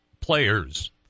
players